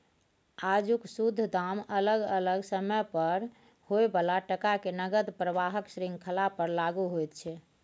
आजुक शुद्ध दाम अलग अलग समय पर होइ बला टका के नकद प्रवाहक श्रृंखला पर लागु होइत छै